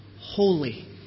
holy